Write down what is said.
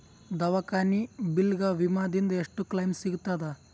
ದವಾಖಾನಿ ಬಿಲ್ ಗ ವಿಮಾ ದಿಂದ ಎಷ್ಟು ಕ್ಲೈಮ್ ಸಿಗತದ?